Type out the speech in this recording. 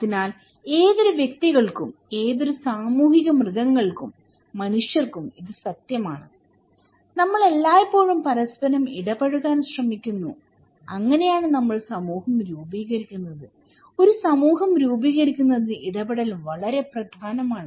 അതിനാൽ ഏതൊരു വ്യക്തികൾക്കും ഏതൊരു സാമൂഹിക മൃഗങ്ങൾക്കും മനുഷ്യർക്കും ഇത് സത്യമാണ് നമ്മൾ എല്ലായ്പ്പോഴും പരസ്പരം ഇടപഴകാൻ ശ്രമിക്കുന്നു അങ്ങനെയാണ് നമ്മൾ സമൂഹം രൂപീകരിക്കുന്നത് ഒരു സമൂഹം രൂപീകരിക്കുന്നതിന് ഇടപെടൽ വളരെ പ്രധാനമാണ്